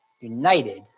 united